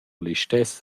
listess